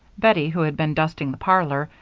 bettie, who had been dusting the parlor,